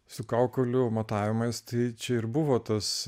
su kaukolių matavimais tyčia ir buvo tas